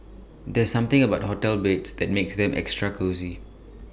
there's something about hotel beds that makes them extra cosy